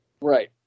right